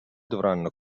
dovranno